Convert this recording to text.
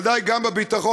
בוודאי גם בביטחון,